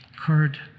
heard